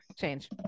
change